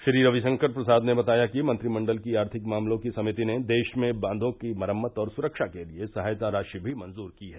श्री रविशंकर प्रसाद ने बताया कि मंत्रिमंडल की आर्थिक मामलों की समिति ने देश में बांधों की मरम्मत और सुरक्षा के लिए सहायता राशि भी मंजूर की है